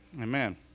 Amen